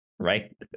right